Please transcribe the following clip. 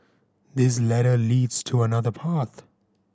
this ladder leads to another path